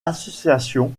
association